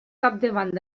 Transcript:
capdavant